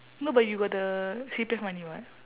no but you got the C_P_F money [what]